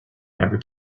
never